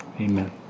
Amen